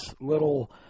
little